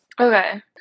Okay